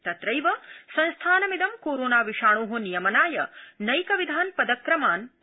तंत्रैव संस्थानमिदं कोरोना विषाणो नियमनाय नैकविधान् पदक्रमान् उत्थापयति